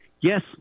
Yes